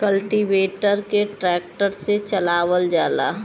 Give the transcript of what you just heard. cultivator के tractor से चलावल जाला